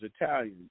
Italian